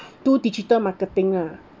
do digital marketing ah